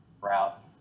route